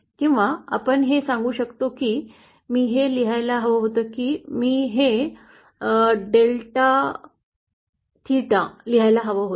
किंवा आपण हे सांगू शकतो की मी हे लिहायला हवं होतं मी हे डेल्टा थेटा लिहायला हवं होतं